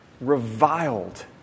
Reviled